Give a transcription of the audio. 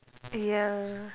ya